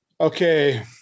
okay